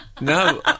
No